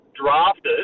drafted